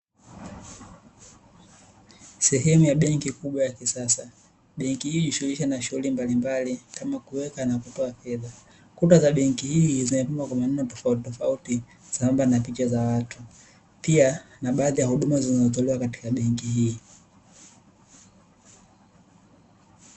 Sehemu ya benki kubwa ya kisasa. Benki hii hujishughulisha na shughuli mbalimbali kama kuweka na kutoa fedha. Kuta za benki hii zimepambwa kwa maneno tofautitofauti, sambamba na picha za watu, pia na baadhi ya huduma zinazotolewa katika benki hii.